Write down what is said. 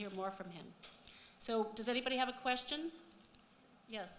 hear more from him so does anybody have a question ye